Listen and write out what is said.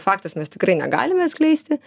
faktas mes tikrai negalime atskleisti